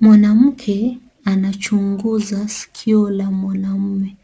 Mwanamke anachunguza sikio la mwanaume